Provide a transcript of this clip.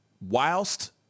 Whilst